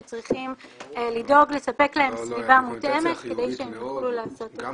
צריכים לדאוג לספק להם את הסביבה המותאמת כדי שהם יוכלו לעשות את זה.